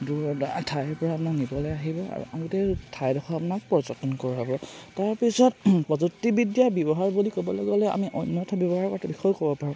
দূৰৰ ঠাইৰ পৰা আপোনাক নিবলে আহিব আৰু আগতে ঠাইডোখৰ আপোনাক পৰ্যটন কৰোৱাব তাৰপিছত প্ৰযুক্তিবিদ্যা ব্যৱহাৰ বুলি ক'বলৈ গ'লে আমি অন্যত ব্যৱহাৰ কৰা বিষয়ে ক'ব পাৰোঁ